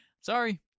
Sorry